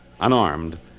unarmed